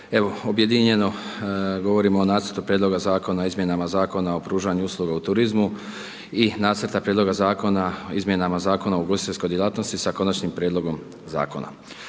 Evo objedinjeno govorimo o Nacrtu prijedloga Zakona o izmjenama Zakona o pružanju usluga u turizmu i Nacrta prijedloga Zakona o izmjenama Zakona o ugostiteljskoj djelatnosti sa Konačnim prijedlogom Zakona.